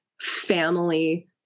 family